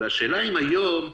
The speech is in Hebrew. השאלה היא האם היום,